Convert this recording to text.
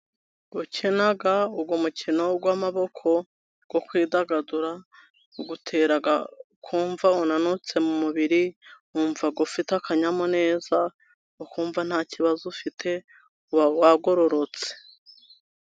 Gukina uwo mukino w'amaboko wo kwidagadura, ugutera kumva unanutse mu mubiri, wumva ufite akanyamuneza ukumva nta kibazo ufite, uba wagororotse.